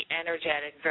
energetic